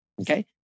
Okay